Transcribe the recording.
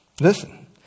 Listen